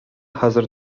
хәзер